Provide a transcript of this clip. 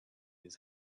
his